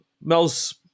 Mel's